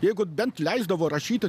jeigu bent leisdavo rašyti